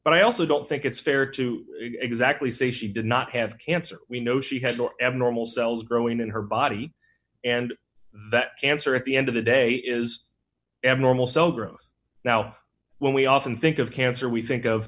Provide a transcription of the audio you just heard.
but i also don't think it's fair to exactly say she did not have cancer we know she had already normal cells growing in her body and that cancer at the end of the day is abnormal cell growth now when we often think of cancer we think of